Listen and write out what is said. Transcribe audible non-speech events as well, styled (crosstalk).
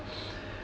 (breath)